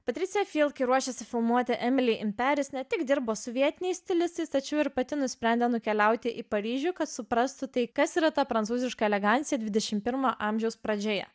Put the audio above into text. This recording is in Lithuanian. patricija kai ruošėsi filmuoti ne tik dirbo su vietiniais stilistais tačiau ir pati nusprendė nukeliauti į paryžių kad suprastų tai kas yra ta prancūziška elegancija dvidešim pirmo amžiaus pradžioje